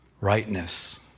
rightness